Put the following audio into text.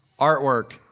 artwork